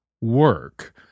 work